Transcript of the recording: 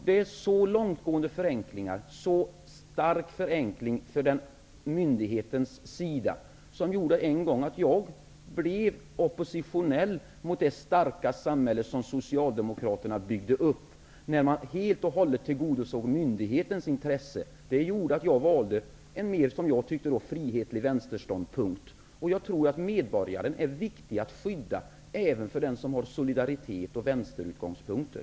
Det var så långtgående förenklingar och en så stark förenkling för myndigheten, som gjorde att jag en gång blev oppositionell mot det starka samhälle som Socialdemokraterna byggde upp. Man tillgodosåg helt och hållet myndighetens intresse. Det gjorde att jag valde en, som jag tyckte, mer frihetlig vänsterståndpunkt. Jag tror att det är viktigt att skydda medborgaren även för den som känner solidaritet med vänsterutgångspunkter.